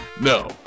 No